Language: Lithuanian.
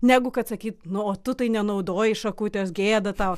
negu kad sakyt nu o tu tai nenaudoji šakutės gėda tau